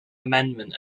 amendment